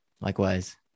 likewise